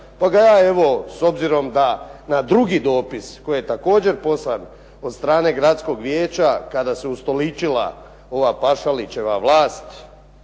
pa ga ja evo s obzirom da na drugi dopis koji je također poslan od strane gradskog vijeća kada se ustoličila ova Pašalićeva vlast,